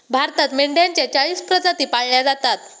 भारतात मेंढ्यांच्या चाळीस प्रजाती पाळल्या जातात